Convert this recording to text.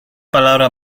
palabra